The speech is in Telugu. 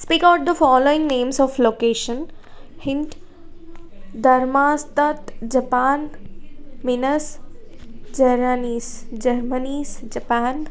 speak out the following names of location hint ధర్మాస్థత్ జపాన్ మినస్ జరనీస్ జర్మనీస్ జపాన్